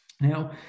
Now